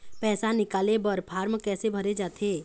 पैसा निकाले बर फार्म कैसे भरे जाथे?